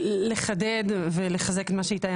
אני רוצה לחדד ולחזק את מה שאמר